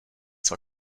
zwar